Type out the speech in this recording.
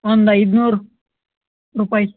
ಒಂದು ಐದುನೂರು ರುಪಾಯಿ